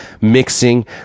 mixing